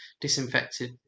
disinfected